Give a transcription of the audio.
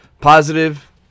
positive